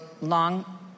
long